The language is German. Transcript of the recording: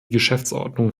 geschäftsordnung